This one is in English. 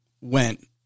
went